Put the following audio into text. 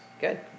good